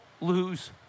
lose